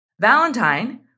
Valentine